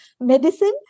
medicine